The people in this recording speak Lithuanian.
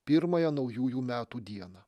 pirmąją naujųjų metų dieną